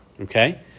Okay